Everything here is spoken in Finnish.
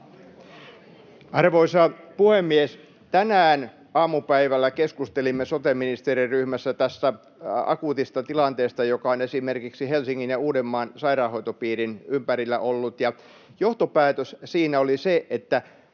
Arvoisa puhemies! Tänään aamupäivällä keskustelimme sote-ministeriryhmässä tästä akuutista tilanteesta, joka on esimerkiksi Helsingin ja Uudenmaan sairaanhoitopiirin ympärillä ollut. Johtopäätös siinä oli se, että